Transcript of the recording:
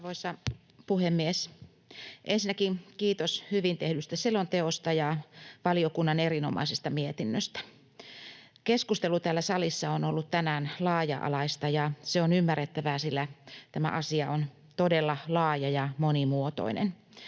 Arvoisa puhemies! Ensinnäkin kiitos hyvin tehdystä selonteosta ja valiokunnan erinomaisesta mietinnöstä. Keskustelu täällä salissa on ollut tänään laaja-alaista, ja se on ymmärrettävää, sillä tämä asia on todella laaja ja monimuotoinen.